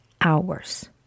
hours